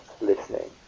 listening